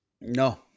No